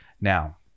Now